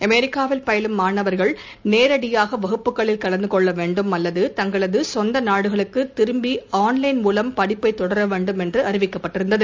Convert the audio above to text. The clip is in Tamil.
அமெரிக்காவில் பயிலும் மாணவர்கள் நேரடியாகவகுப்புகளில் கலந்தகொள்ளவேண்டும் அல்லது தங்களதுசொந்தநாடுகளுக்குத் திரும்பிஆன்லைன் மூலம் படிப்பைத் தொடரவேண்டும் என்றுஅறிவிக்கப்பட்டிருந்தது